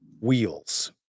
wheels